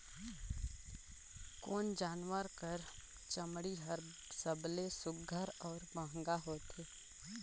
कोन जानवर कर चमड़ी हर सबले सुघ्घर और महंगा होथे?